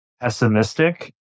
pessimistic